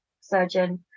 surgeon